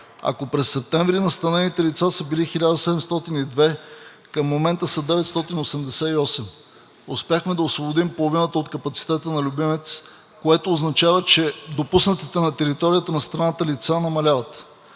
ако през септември настанените лица са били 1702, към момента са 988. Успяхме да освободим половината от капацитета на Любимец, което означава, че допуснатите на територията на страната лица намаляват.